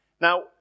Now